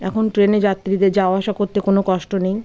এখন ট্রেনে যাত্রীদের যাওয়া আসা করতে কোনো কষ্ট নেই